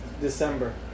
December